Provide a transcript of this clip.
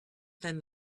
than